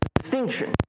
distinction